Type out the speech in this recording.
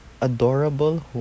Adorable